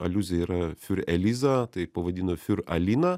aliuzija yra fiur eliza tai pavadino fiur alina